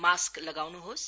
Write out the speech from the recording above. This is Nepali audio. मास्क लगाउन्होस्